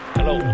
Hello